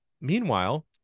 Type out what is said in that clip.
Meanwhile